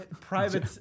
private